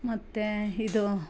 ಮತ್ತು ಇದು